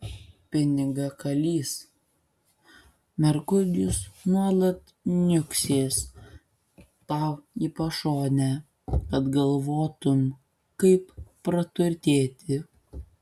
pinigakalys merkurijus nuolat niuksės tau į pašonę kad galvotum kaip praturtėti